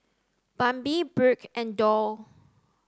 Bambi Brooke and Doll